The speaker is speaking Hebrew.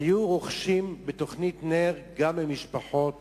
היו רוכשים בתוכנית נ"ר גם למשפחות